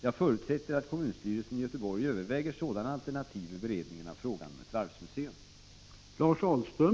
Jag förutsätter att kommunstyrelsen i Göteborg överväger sådana alternativ vid beredningen av frågan om ett varvsmuseum.